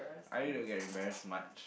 I don't get embarrassed much